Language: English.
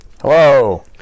hello